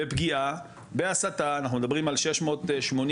בפגיעה, בהסתה, אנחנו מדברים על 680